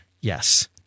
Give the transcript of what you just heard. Yes